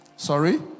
sorry